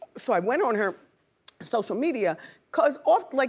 so i went on her social media cause often, like